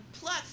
plus